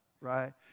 right